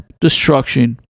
destruction